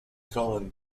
calling